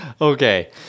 okay